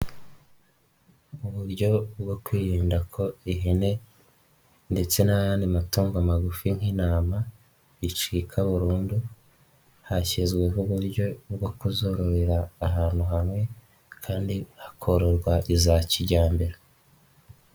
Uburyo bwo kwirinda ko ihene ndetse n'ayandi matungo magufi nk'intama bicika burundu, hashyizweho uburyo bwo kuzorohera ahantu hamwe kandi hakororwa iza kijyambere.